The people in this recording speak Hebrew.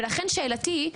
ולכן שאלתי היא,